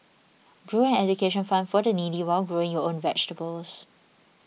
grow an education fund for the needy while growing your own vegetables